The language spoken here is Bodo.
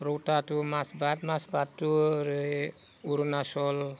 रौता टु माजबाट माजबाट टु ओरै अरुनाचल